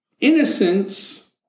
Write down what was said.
innocence